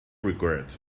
regret